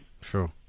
Sure